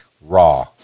raw